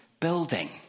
building